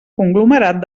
conglomerat